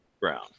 Brown